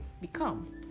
become